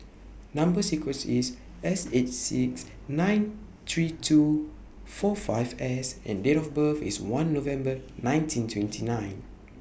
Number sequence IS S eight six nine three two four five S and Date of birth IS one November nineteen twenty nine